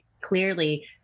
clearly